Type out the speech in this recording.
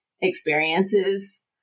experiences